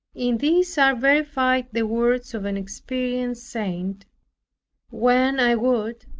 in this are verified the words of an experienced saint when i would,